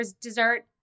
dessert